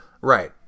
Right